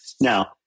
now